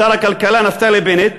שר הכלכלה נפתלי בנט,